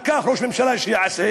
על כך, שראש ממשלה יעשה.